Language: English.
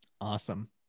Awesome